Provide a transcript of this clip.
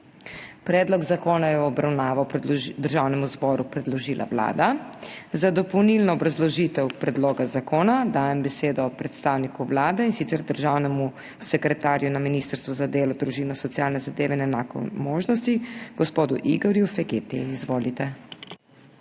Predlog zakona je v obravnavo Državnemu zboru predložila Vlada. Za dopolnilno obrazložitev predloga zakona dajem besedo predstavniku Vlade, in sicer državnemu sekretarju na Ministrstvu za delo, družino, socialne zadeve in enake možnosti gospodu Igorju Feketiji. Izvolite.